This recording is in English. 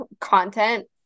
content